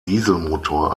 dieselmotor